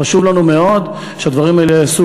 חשוב לנו מאוד שהדברים האלה ייעשו